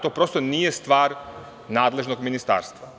To nije stvar nadležnog ministarstva.